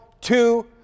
Two